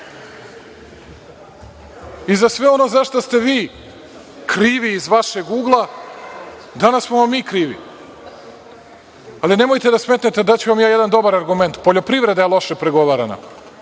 Za sve ono za šta ste vi krivi iz vašeg ugla, danas smo vam mi krivi, ali nemojte da se smejete, daću vam jedan loš argument. Poljoprivreda je loše pregovarana.